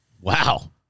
Wow